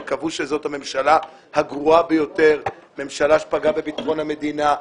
שקבעו שזאת הממשלה הגרועה ביותר - ממשלה שפגעה בביטחון המדינה,